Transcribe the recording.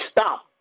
stop